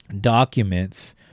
documents